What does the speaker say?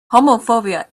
homophobia